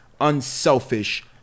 unselfish